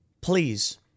Please